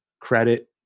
credit